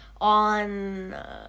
on